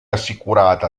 assicurata